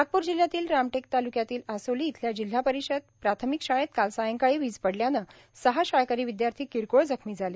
नागपूर जिलह्यातील रामटेक तालुक्यातील आसोली इथल्या जिल्हा परिषद प्राथमिक शाळेत काल सायंकाळी वीज पडल्यानं सहा शाळकरी विदयार्थी किरकोळ जखमी झाले